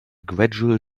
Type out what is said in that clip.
gradual